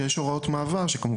יש הוראות מעבר, שלפיהן, כמובן,